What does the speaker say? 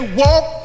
walk